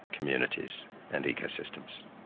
communities and ecosystems.